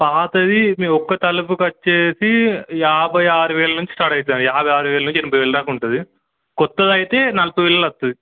పాతది మీ ఒక్క తలుపుకొచ్చేసి యాభై ఆరు వేల నుంచి స్టార్ట్ అవుతుంది యాభై ఆరు వేల నుంచి ఎనభై వేల దాకా ఉంటుంది కొత్తది అయితే నలభై వేల్లో వస్తుంది